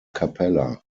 cappella